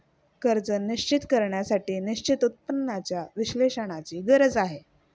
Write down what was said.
कर्ज निश्चित करण्यासाठी निश्चित उत्पन्नाच्या विश्लेषणाची गरज आहे